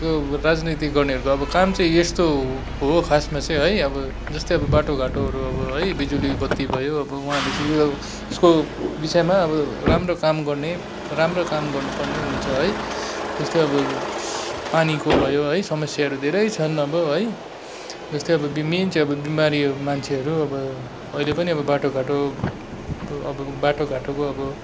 को राजनैतिक गर्नेहरूको अब काम चाहिँ यस्तो हो खासमा चाहिँ है अब जस्तै अब बाटोघाटोहरू अब है बिजुली बत्ती भयो उहाँले चाहिँ यो यसको विषयमा अब राम्रो काम गर्ने राम्रो काम गर्नुपर्ने हुन्छ है जस्तै अब पानीको भयो है समस्याहरू धेरै छन् अब है जस्तै अब मेन चाहिँ बिमारी मान्छेहरू अब अहिले पनि अब बाटोघाटो अब बाटोघाटोको अब